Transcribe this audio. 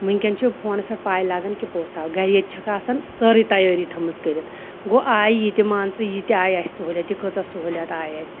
وٕنۍکٮ۪ن چھِ فوںَس پٮ۪ٹھ پَے لَگان کہِ پوٚژھ آو گَرِ ییٚتہِ چھَکھ آسان سٲرٕے تیٲری تھٲومٕژ کٔرِتھ گوٚو آے یہِ تہِ مان ژٕ یہِ تہِ آے اَسہِ سہوٗلیت یہِ کۭژاہ سہوٗلیت آے اَسہِ